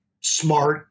smart